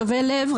שובה לב,